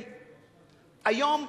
היום,